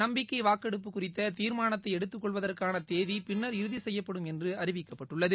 நம்பிக்கை வாக்கெடுப்பு குறித்த தீர்மானத்தை எடுத்துக்கொள்வதற்கான தேதி பின்னர் இறுதிசெய்யப்படும் என்று அறிவிக்கப்பட்டுள்ளது